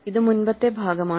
ഇത് മുൻപത്തെ ഭാഗമാണ്